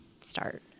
start